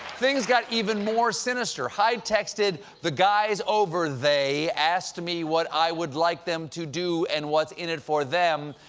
things got even more sinister. hyde texted the guys over they asked me what i would like them to do and what's in it for them.